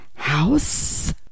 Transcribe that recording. House